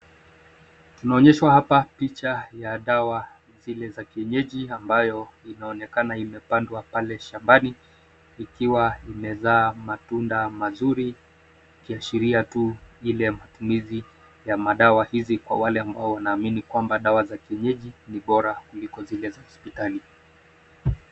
Tunaonyeshwa hapa picha ya dawa zile za kienyeji ambayo inaonekana imepandwa pale shambani ikiwa imezaa matunda mazuri ikiashiria tu ile matumizi ya madawa hizi kwa wale ambao wanamini kwamba dawa za kienyeji ni bora kulio zile za hospitali.